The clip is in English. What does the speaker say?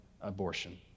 abortion